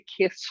kiss